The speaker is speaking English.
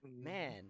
man